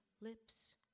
lips